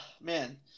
Man